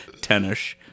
tennis